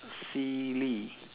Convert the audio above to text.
silly